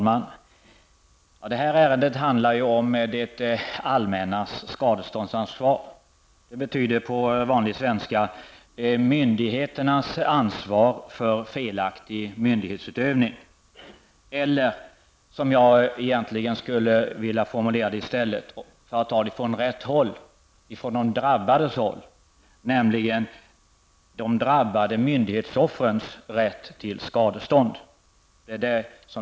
Herr talman! Detta ärende handlar om det allmännas skadeståndsansvar. Det betyder på vanlig svenska: myndigheternas ansvar för felaktig myndighetsutövning eller -- som jag egentligen skulle vilja formulera det för att ta det från rätt håll, dvs. de drabbades håll -- de drabbade myndighetsoffrens rätt till skadestånd.